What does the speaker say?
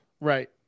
Right